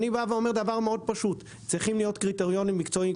אני אומר דבר מאוד פשוט צריכים להיות קריטריונים מקצועיים,